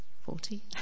Forty